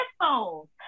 headphones